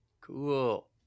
cool